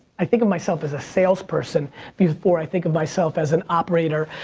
i think of myself as a sales person before i think of myself as an operator.